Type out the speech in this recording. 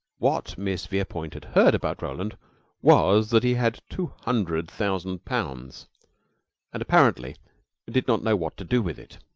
what miss verepoint had heard about roland was that he had two hundred thousand pounds and apparently did not know what to do with it.